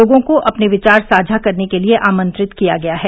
लोगों को अपने विचार साझा करने के लिए आमंत्रित किया गया है